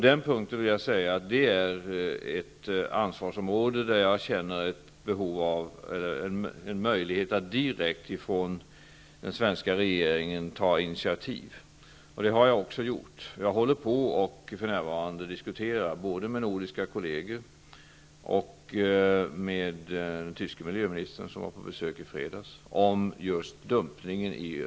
Detta är ett ansvarsområde där jag känner att det finns en möjlighet att direkt från den svenska regeringen ta initiativ. Och det har jag också gjort. För närvarande för jag diskussioner om just dumpningen i Östersjön både med nordiska kolleger och med den tyske miljöministern, som var på besök här i fredags.